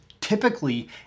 typically